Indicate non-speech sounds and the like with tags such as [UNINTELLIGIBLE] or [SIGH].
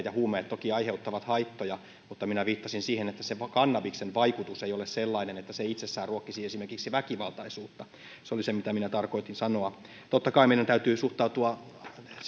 [UNINTELLIGIBLE] ja huumeet toki aiheuttavat haittoja mutta minä viittasin siihen että se kannabiksen vaikutus ei ole sellainen että se itsessään ruokkisi esimerkiksi väkivaltaisuutta se oli se mitä tarkoitin sanoa totta kai meidän täytyy suhtautua